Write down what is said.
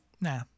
Nah